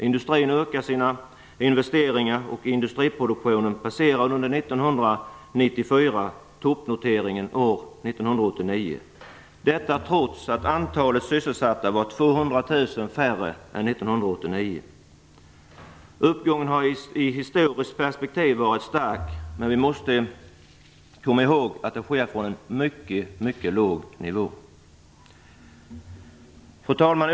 Industrin ökar sina investeringar, och industriproduktionen passerade under 1994 toppnoteringen år 1989, trots att antalet sysselsatta var 200 000 mindre än 1989. Uppgången har i ett historiskt perspektiv varit stark, men vi måste komma ihåg att den sker från en mycket låg nivå. Fru talman!